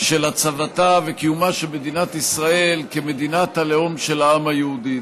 של הצבתה וקיומה של מדינת ישראל כמדינת הלאום של העם היהודי,